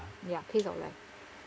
ya pace of life